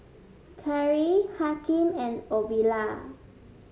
Kyree Hakim and Ovila